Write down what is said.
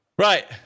Right